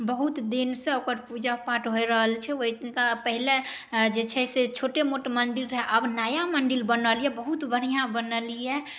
बहुत दिनसँ ओकर पूजा पाठ होइ रहल छै हुनका पहिले जे छै से छोटे मोट मन्दिर रहै आब नया मन्दिर बनल अइ बहुत बढ़िआँ बनल अइ